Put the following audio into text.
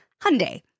Hyundai